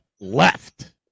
left